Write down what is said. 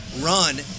run